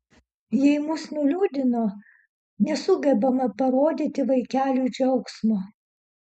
jei mus nuliūdino nesugebame parodyti vaikeliui džiaugsmo